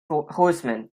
horsemen